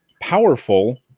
powerful